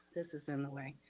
this is in the way.